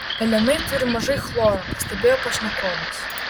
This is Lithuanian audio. pelenai turi mažai chloro pastebėjo pašnekovas